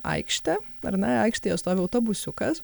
aikštė ar ne aikštėje stovi autobusiukas